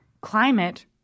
climate